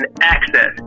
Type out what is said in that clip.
access